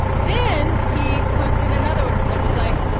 then he posted another one that was, like,